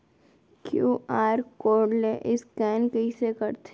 QR code ले scan कइसे करथे?